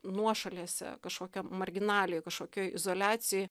nuošalėse kažkokia marginalija kažkokioj izoliacijoj